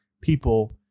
people